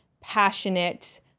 passionate